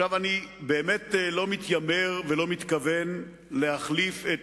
אני באמת לא מתיימר ולא מתכוון להחליף את